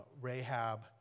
Rahab